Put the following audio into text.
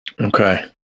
okay